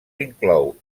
inclou